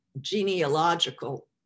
genealogical